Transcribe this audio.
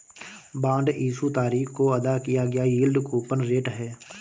bond issue तारीख को अदा किया गया यील्ड कूपन रेट है